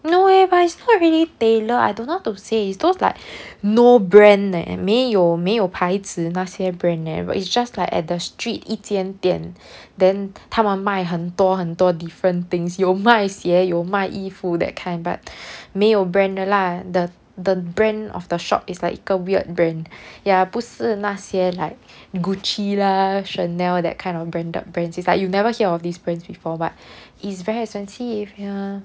no eh but it's not really tailor I don't know how to say it's those like no brand leh 没有没有牌子那些 brand eh it's just like at the street 一间店 then 他们卖很多很多 different things 有卖鞋有卖衣服 that kind but 没有 brand 的 lah the the brand of the shop is like 一个 weird brand ya 不是那些 like gucci lah chanel that kind of branded brands is like you never hear of these brands before but it's very expensive ya